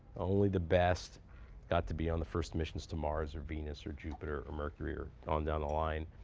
only the best got to be on the first missions to mars or venus or jupiter or mercury or on down the line.